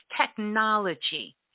technology